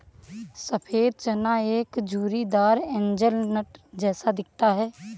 सफेद चना एक झुर्रीदार हेज़लनट जैसा दिखता है